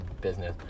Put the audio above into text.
business